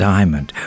Diamond